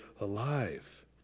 alive